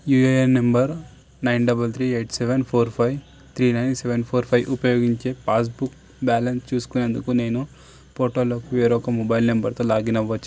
UAN number nine double three eight seven four five three nine seven four five ఉపయోగించి passbook balance చూసుకునేందుకు నేను పోర్టల్లోకి వేరొక mobile నంబరుతో లాగిన్ అవ్వచ్చా